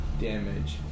damage